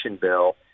bill